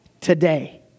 today